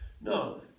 No